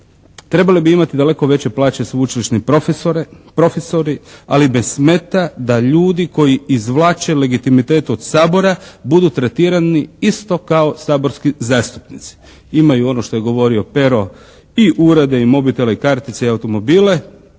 Trebale bi imati daleko veće plaće sveučilišni profesori, ali me smeta da ljudi koji izvlače legitimitet od Sabora budu tretirani isto kao saborski zastupnici. Imaju ono što je govorio Pero, i urede i mobitele i kartice i automobile,